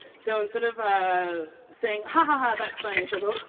so instead of ah saying ha-ha-ha that's funny, she'll go hoo-hoo-hoo,